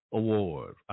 award